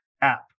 app